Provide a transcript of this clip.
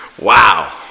wow